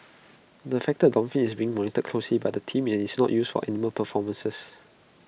the affected dolphin is being monitored closely by the team and is not used for animal performances